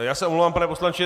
Já se omlouvám, pane poslanče.